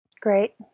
Great